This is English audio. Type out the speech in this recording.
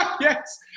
Yes